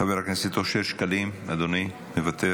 חבר הכנסת אושר שקלים, מוותר,